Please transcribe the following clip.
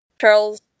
Charles